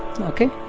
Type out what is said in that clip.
Okay